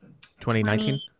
2019